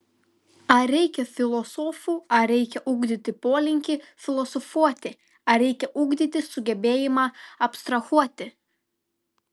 ar reikia filosofų ar reikia ugdyti polinkį filosofuoti ar reikia ugdyti sugebėjimą abstrahuoti